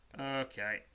Okay